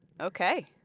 Okay